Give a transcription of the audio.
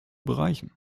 bereichen